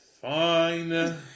Fine